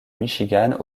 michigan